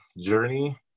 journey